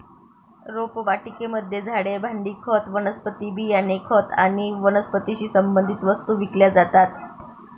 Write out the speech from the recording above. रोपवाटिकेमध्ये झाडे, भांडी, खत, वनस्पती बियाणे, खत आणि वनस्पतीशी संबंधित वस्तू विकल्या जातात